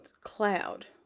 Cloud